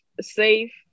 safe